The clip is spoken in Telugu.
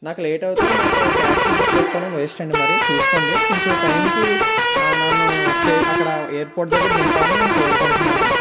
నాకు లేట్ అయితే నాకు ట్యాక్సీ బుక్ చేసుకోవడం వేస్ట్ అండి మరి చూసుకోండి కొంచెం టైంకి నన్ను స్టే అక్కడ ఎయిర్పోర్ట్ దగ్గర దింపాలని నేను కోరుకుంటున్నాను